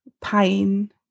pain